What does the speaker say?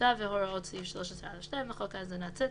סודיותה והוראות סעיף 13(א)(2) לחוק האזנת סתר,